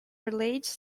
relates